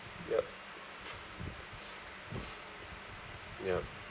yup yup